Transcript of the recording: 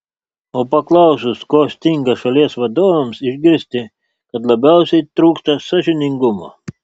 o paklausus ko stinga šalies vadovams išgirsti kad labiausiai trūksta sąžiningumo